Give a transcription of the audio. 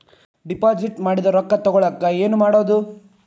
Deposit ಮಾಡಿದ ರೊಕ್ಕ ತಗೋಳಕ್ಕೆ ಏನು ಮಾಡೋದು?